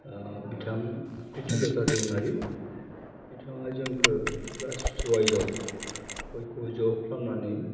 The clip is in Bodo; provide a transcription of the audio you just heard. ओह बिथां प्रिटिल'टा दैमारि बिथांआ जोंखो ख्लास वाइसआव बयखौबो ज' खालामनानै